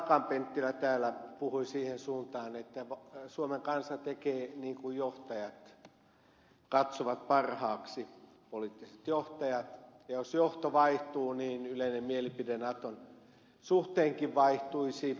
akaan penttilä täällä puhui siihen suuntaan että suomen kansa tekee niin kuin johtajat katsovat parhaaksi poliittiset johtajat ja jos johto vaihtuu niin yleinen mielipide natonkin suhteen vaihtuisi